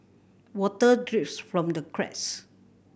water drips from the cracks